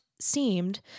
Seemed